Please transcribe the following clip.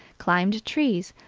climbed trees,